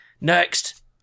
next